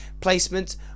placement